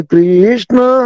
Krishna